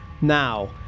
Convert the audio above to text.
Now